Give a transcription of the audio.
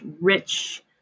rich